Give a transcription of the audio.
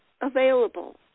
available